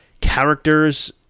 characters